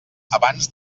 abans